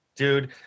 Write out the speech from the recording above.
Dude